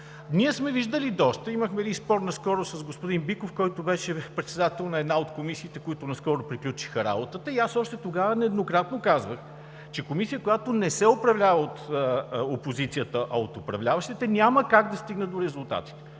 Ние сме виждали доста. Имахме един спор наскоро с господин Биков, който беше председател на една от комисиите, които наскоро приключиха работа, и аз още тогава нееднократно казвах, че комисия, която не се управлява от опозицията, а от управляващите, няма как да стигне до резултатите.